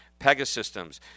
Pegasystems